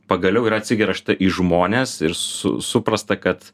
pagaliau ir atsigręžta į žmones ir su suprasta kad